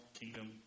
kingdom